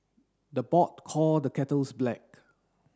the pot call the kettles black